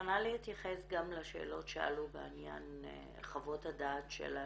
מוכנה להתייחס גם לשאלות שעלו בעניין חוות הדעת של הרווחה,